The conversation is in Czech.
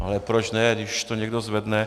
Ale proč ne, když už to někdo zvedne.